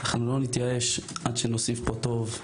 ואנחנו לא נתייאש עד שנוסיף פה טוב,